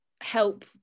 help